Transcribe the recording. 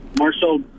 Marcel